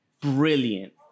Brilliant